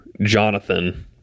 Jonathan